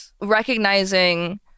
recognizing